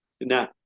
Now